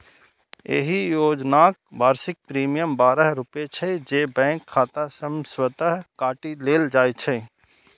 एहि योजनाक वार्षिक प्रीमियम बारह रुपैया छै, जे बैंक खाता सं स्वतः काटि लेल जाइ छै